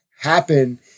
happen